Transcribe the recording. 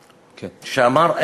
נדמה לי, כן.